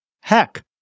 Heck